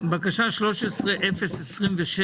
בקשה 13026,